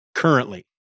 Currently